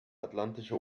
atlantische